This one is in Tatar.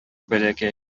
бәләкәй